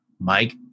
Mike